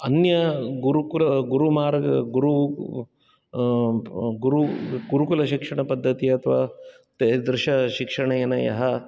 अन्य गुरुकुर् गुरुमार्ग् गुरु गुरु गुरुकुलशिक्षणपद्धति अथवा तेदश शिक्षणेन यः